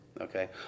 okay